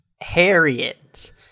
Harriet